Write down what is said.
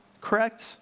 correct